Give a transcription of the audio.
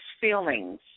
feelings